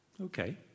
okay